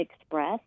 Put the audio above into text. express